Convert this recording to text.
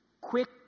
quick